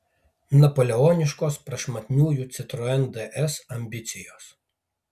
napoleoniškos prašmatniųjų citroen ds ambicijos